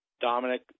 Dominic